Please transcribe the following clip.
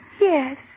Yes